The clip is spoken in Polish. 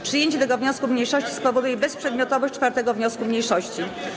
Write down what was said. Przyjęcie tego wniosku mniejszości spowoduje bezprzedmiotowość 4. wniosku mniejszości.